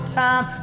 time